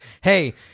Hey